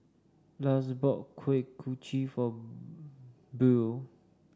Lars bought Kuih Kochi for Buell